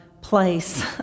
place